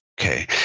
Okay